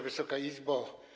Wysoka Izbo!